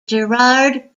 gerhard